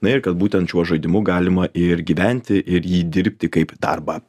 na ir kad būtent šiuo žaidimu galima ir gyventi ir jį dirbti kaip darbą